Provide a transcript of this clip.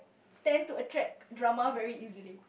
tend to attract drama very easily